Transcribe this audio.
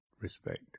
respect